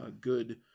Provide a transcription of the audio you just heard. good